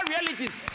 realities